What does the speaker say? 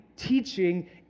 teaching